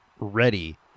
ready